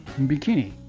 bikini